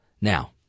Now